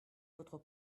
votre